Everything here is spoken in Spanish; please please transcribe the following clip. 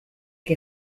que